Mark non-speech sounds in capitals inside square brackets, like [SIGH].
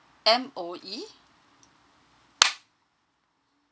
M_O_E [NOISE]